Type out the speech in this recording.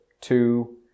two